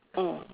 mm